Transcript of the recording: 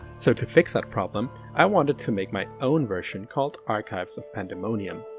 so to fix that problem, i wanted to make my own version called archives of pandemonium.